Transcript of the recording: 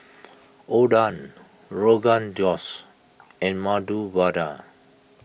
Oden Rogan Josh and Medu Vada